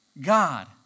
God